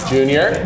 Junior